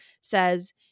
says